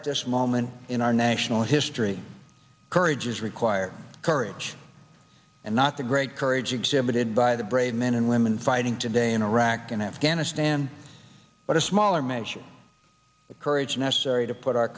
at this moment in our national history courage is required courage and not the great courage exhibited by the brave men and women fighting today in iraq and afghanistan but a smaller measure the courage necessary to put our